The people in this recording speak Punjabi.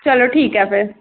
ਚਲੋ ਠੀਕ ਹੈ ਫਿਰ